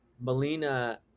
Melina